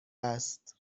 است